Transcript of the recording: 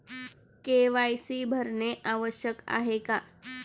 KYC भरणे आवश्यक आहे का?